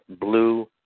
blue